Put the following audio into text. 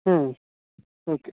okay